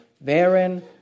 therein